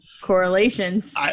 correlations